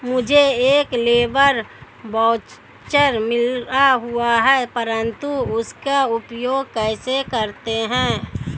मुझे एक labour voucher मिला हुआ है परंतु उसका उपयोग कैसे करते हैं?